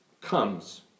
comes